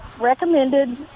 recommended